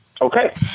Okay